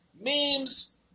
memes